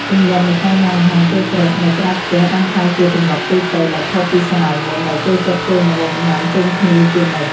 ទម្លាប់នៃការញ៉ាំអាហារពេលព្រឹកនៅក្រៅផ្ទះបានក្លាយជាទម្លាប់ទូទៅដែលខុសពីសម័យមុនដែលចូលចិត្តធ្វើម្ហូបញ៉ាំជុំគ្នាជានិច្ច។